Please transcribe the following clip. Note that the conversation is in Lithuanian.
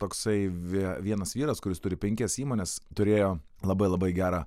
toksai vie vienas vyras kuris turi penkias įmones turėjo labai labai gerą